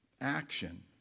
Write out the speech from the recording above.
action